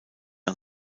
nur